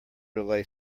relay